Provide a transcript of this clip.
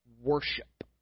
worship